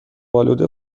آلوده